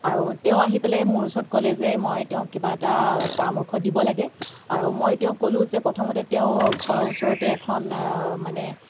আৰু তেওঁ আহি পেলাই মোৰ ওচৰত ক'লে যে মই তেওঁক কিবা এটা পৰামৰ্শ দিব লাগে আৰু মই তেওঁক ক'লোঁ যে প্ৰথমতে তেওঁ ঘৰৰ ওচৰতে এখন মানে